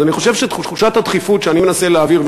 אז אני חושב שתחושת הדחיפות שאני מנסה להעביר,